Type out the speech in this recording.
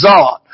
on